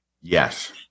Yes